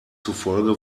zufolge